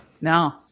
no